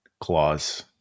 clause